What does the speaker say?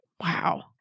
Wow